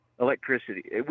electricity